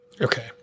Okay